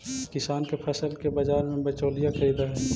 किसान के फसल के बाजार में बिचौलिया खरीदऽ हइ